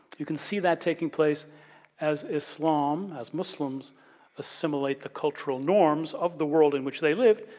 you can see that taking place as islam, as muslims assimilate the cultural norms of the world in which they live.